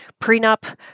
Prenup